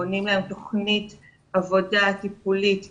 בונים להם תוכנית עבודה טיפולית אישית,